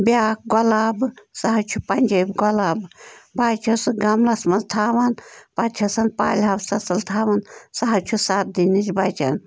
بیٛاکھ گۄلابہٕ سَہ حظ چھُ پنجٲب گۄلاب بہٕ حظ سُہ گملس منٛز تھاوان پتہٕ چھَسن پالہِ ہوسس تَل تھاوان سَہ حظ چھُ سردی نِش بَچن